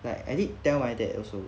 like I did tell my dad also